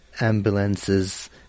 ambulances